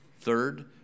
Third